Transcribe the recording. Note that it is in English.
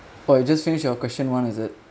well you just finished your question one is it